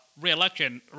re-election